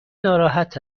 ناراحت